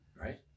Right